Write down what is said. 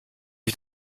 ich